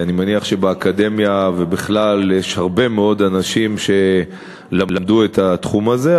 אני מניח שבאקדמיה ובכלל יש הרבה מאוד אנשים שלמדו את התחום הזה,